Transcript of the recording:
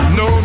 no